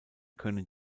können